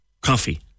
coffee